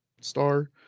star